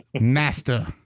master